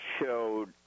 showed